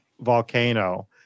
volcano